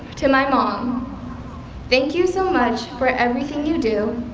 to my mom thank you so much for everything you do,